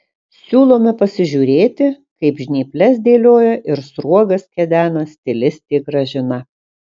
siūlome pasižiūrėti kaip žnyples dėlioja ir sruogas kedena stilistė gražina